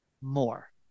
more